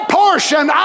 portion